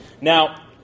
Now